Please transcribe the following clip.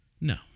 No